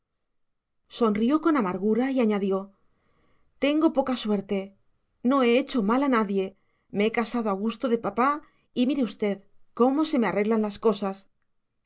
sonrió con amargura y añadió tengo poca suerte no he hecho mal a nadie me he casado a gusto de papá y mire usted cómo se me arreglan las cosas